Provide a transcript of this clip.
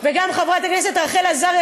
וגם חברת הכנסת רחל עזריה,